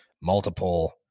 multiple